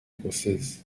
écossaises